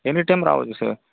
any time రావచ్చు sir